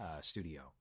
studio